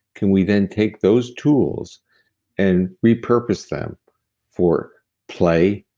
can we then take those tools and repurpose them for play,